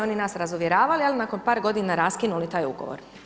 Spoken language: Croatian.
Oni nas razuvjeravali, ali nakon par godina raskinuli taj ugovor.